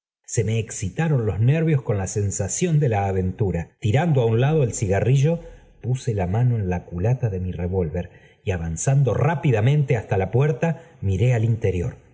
se me excitaron los nervios con la sensación de la aventura tirando á un lado el cigarrillo puse la mano en la culata de mi revolver y avanzando rápidamente hasta la puerta mire al interior